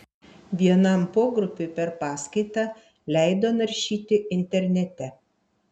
vienam pogrupiui per paskaitą leido naršyti internete